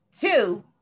two